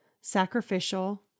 sacrificial